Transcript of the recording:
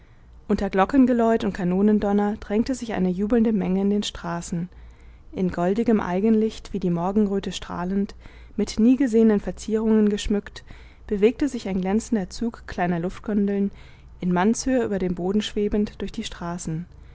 unter glockengeläut und kanonendonner drängte sich eine jubelnde menge in den straßen in goldigem eigenlicht wie die morgenröte strahlend mit nie gesehenen verzierungen geschmückt bewegte sich ein glänzender zug kleiner luftgondeln in mannshöhe über dem boden schwebend durch die straßen